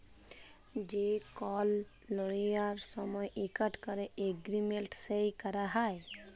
যে কল লল লিয়ার সময় ইকট ক্যরে এগ্রিমেল্ট সই ক্যরা হ্যয়